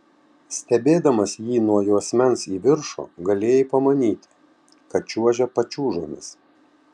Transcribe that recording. stebėdamas jį nuo juosmens į viršų galėjai pamanyti kad čiuožia pačiūžomis